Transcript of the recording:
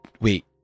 wait